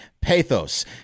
pathos